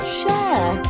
share